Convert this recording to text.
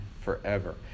forever